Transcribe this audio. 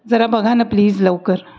जरा बघा ना प्लीज लवकर